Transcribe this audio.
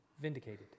vindicated